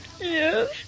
Yes